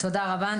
תודה רבה.